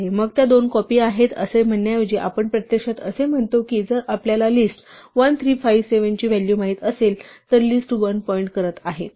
मग त्या दोन कॉपी आहेत असे म्हणण्याऐवजी आपण प्रत्यक्षात असे म्हणतो की जर आपल्याला लिस्ट 1 3 5 7 ची व्हॅल्यू माहित असेल तर लिस्ट 1 पॉईंट करत आहे